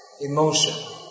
emotion